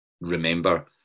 remember